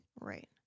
Right